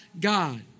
God